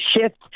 shift